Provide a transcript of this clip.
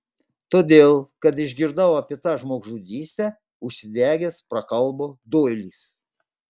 todėl kad išgirdau apie tą žmogžudystę užsidegęs prakalbo doilis